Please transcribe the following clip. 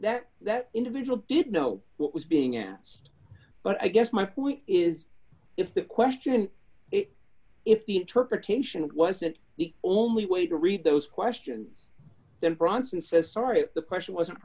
that that individual did know what was being asked but i guess my point is if the question is if the interpretation of it wasn't the only way to read those questions then bronson says sorry the question wasn't